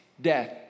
death